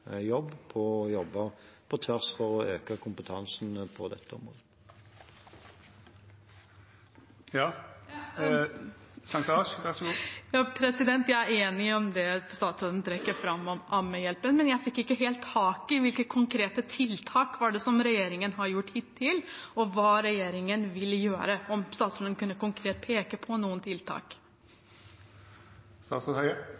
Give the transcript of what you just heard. jobb med å jobbe på tvers for å øke kompetansen på dette området. Jeg er enig i det statsråden trekker fram om Ammehjelpen, men jeg fikk ikke helt tak i hvilke konkrete tiltak regjeringen har gjort hittil, og hva regjeringen vil gjøre. Kan statsråden konkret peke på noen